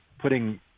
putting